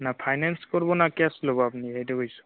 না ফাইনেঞ্চ কৰিব না কেছ ল'ব আপুনি সেইটো কৈছোঁ